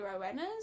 Rowena's